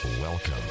Welcome